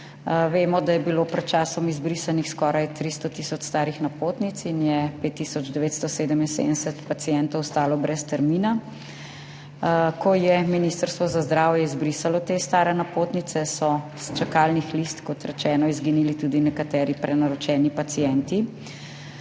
Vemo, da je bilo pred časom izbrisanih skoraj 300 tisoč starih napotnic in je 5 tisoč 977 pacientov ostalo brez termina. Ko je Ministrstvo za zdravje izbrisalo te stare napotnice, so s čakalnih list, kot rečeno, izginili tudi nekateri prenaročeni pacienti.